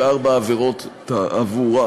4. עבירות תעבורה.